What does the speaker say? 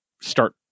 start